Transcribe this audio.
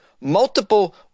multiple